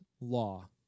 law